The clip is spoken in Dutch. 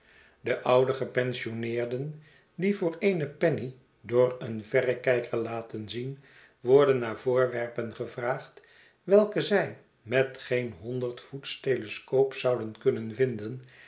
de oude gepensioneerden die voor eene penny door een verrekijker laten zien worden naar voorwerpen gevraagd welke zij met geen honderdvoets telescoop zouden kunnen vinden